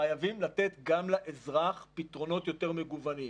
חייבים לתת גם לאזרח פתרונות יותר מגוונים.